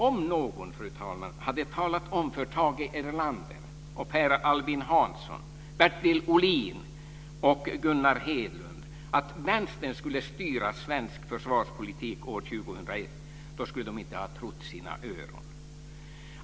Om någon, fru talman, hade talat om för Tage Erlander, Per Albin Hansson, Bertil Ohlin och Gunnar Hedlund att Vänstern skulle styra svensk försvarspolitik år 2001 skulle de inte ha trott sina öron.